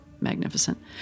magnificent